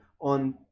on